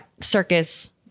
circus